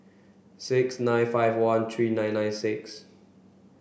six nine five one three nine nine six